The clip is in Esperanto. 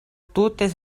tute